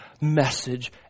message